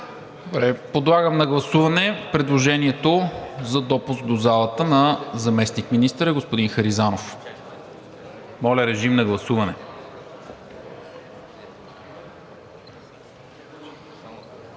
Подлагам на гласуване предложението за допуск в залата на заместник-министъра господин Харизанов. Калин Иванов?